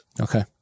Okay